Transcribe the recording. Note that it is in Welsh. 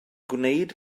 gwneud